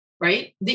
right